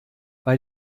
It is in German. bei